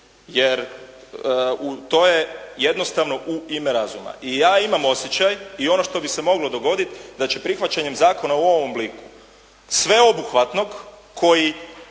jer to je jednostavno u ime razuma. I ja imam osjećaj i ono što bi se moglo dogoditi da će prihvaćanjem zakona u ovom obliku sveobuhvatnog koji